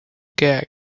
gag